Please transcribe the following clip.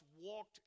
walked